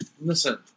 Listen